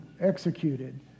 executed